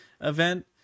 event